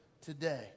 today